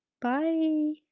bye